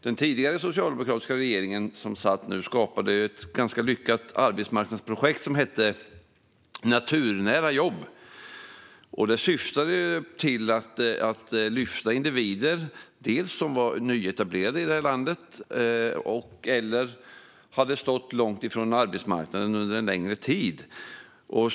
Den socialdemokratiska regering som satt tidigare skapade ett ganska lyckat arbetsmarknadsprojekt som hette Naturnära jobb. Det syftade till att lyfta individer som var nyetablerade i landet eller som hade stått långt ifrån arbetsmarknaden under en längre tid.